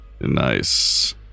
Nice